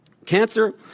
Cancer